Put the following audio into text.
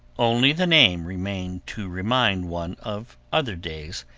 only the name remained to remind one of other days,